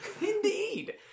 Indeed